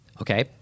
Okay